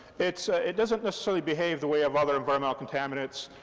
it so it doesn't necessarily behave the way of other environmental contaminants.